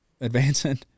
advancing